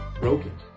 broken